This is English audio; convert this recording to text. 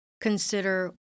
consider